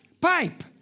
pipe